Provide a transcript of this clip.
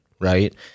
right